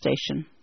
Station